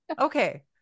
Okay